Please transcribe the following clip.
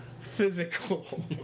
physical